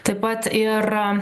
taip pat ir